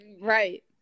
right